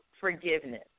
forgiveness